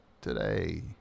today